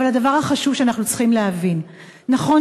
אבל הדבר החשוב שאנחנו צריכים להבין: נכון